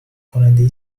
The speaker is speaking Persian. کننده